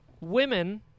women